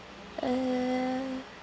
uh